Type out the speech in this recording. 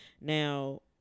now